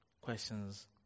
Questions